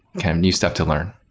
kind of new stuff to learn.